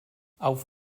auf